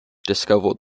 discovered